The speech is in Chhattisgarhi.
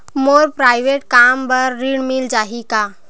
मोर प्राइवेट कम बर ऋण मिल जाही का?